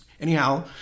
Anyhow